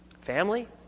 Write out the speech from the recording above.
Family